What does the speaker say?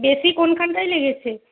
বেশি কোনখানটায় লেগেছে